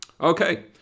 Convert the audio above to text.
Okay